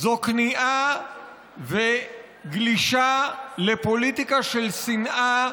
זו כניעה וגלישה לפוליטיקה של שנאה,